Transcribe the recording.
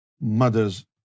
mothers